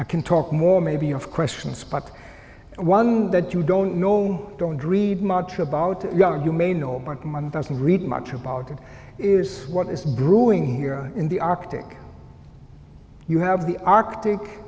i can talk more maybe you have questions but one that you don't know don't read much about you may know doesn't read much about it is what is brewing here in the arctic you have the arctic